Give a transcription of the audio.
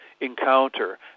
encounter